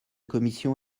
commission